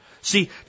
See